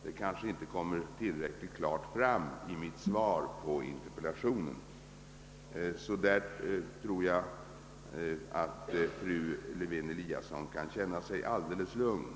Detta kanske inte kom tillräckligt klart fram i mitt svar på interpellationen. Jag tror att fru Lewén Eliasson därvidlag kan känna sig alldeles lugn.